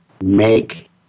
make